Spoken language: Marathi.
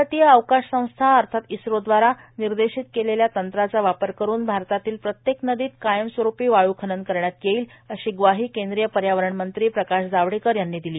भारतीय अवकाश संशोधन संस्था अर्थात् इस्रोद्वारा निर्देशित केलेल्या तंत्राचा वापर करून भारतातील प्रत्येक नदीत कायमस्वरूपी वाळ् खनन करण्यात येईल अशी ग्वाही केंद्रीय पर्यावरण मंत्री प्रकाश जावडेकर यांनी दिली